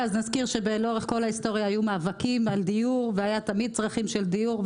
נזכיר שלאורך כל ההיסטוריה היו מאבקים על דיור ותמיד היו צרכים של דיור.